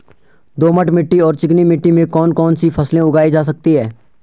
दोमट मिट्टी और चिकनी मिट्टी में कौन कौन सी फसलें उगाई जा सकती हैं?